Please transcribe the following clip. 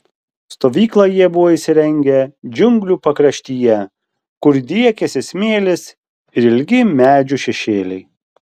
stovyklą jie buvo įsirengę džiunglių pakraštyje kur driekėsi smėlis ir ilgi medžių šešėliai